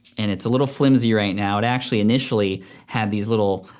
and it's a little flimsy right now. it actually initially had these little